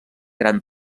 gran